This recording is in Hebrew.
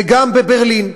וגם בברלין,